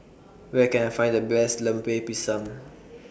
Where Can I Find The Best Lemper Pisang